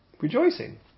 Rejoicing